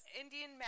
Indian